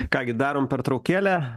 ką gi darom pertraukėlę